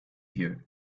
here